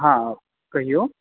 हॅ कहियौ